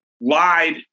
lied